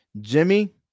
Jimmy